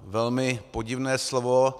velmi podivné slovo.